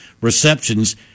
receptions